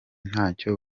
ntacyo